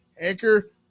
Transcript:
Anchor